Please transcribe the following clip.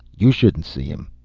you shouldn't see him.